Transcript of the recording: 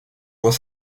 voit